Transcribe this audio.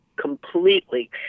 completely